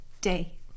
day